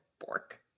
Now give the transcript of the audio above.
Bork